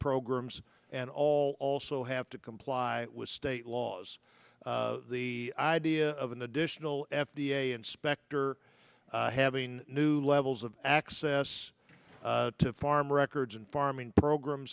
programs and all also have to comply with state laws the idea of an additional f d a inspector having new levels of access to farm records and farming program